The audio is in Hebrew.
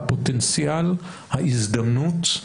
הפוטנציאל, ההזדמנות,